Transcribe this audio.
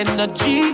Energy